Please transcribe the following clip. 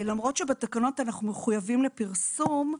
למרות שבתקנות אנחנו מחויבים לפרסום,